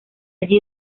allí